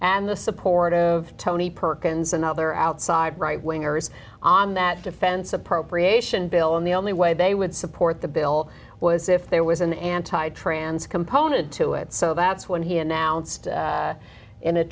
and the support of tony perkins and other outside right wingers on that defense appropriation bill and the only way they would support the bill was if there was an anti trans component to it so that's when he announced in a